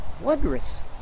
wondrous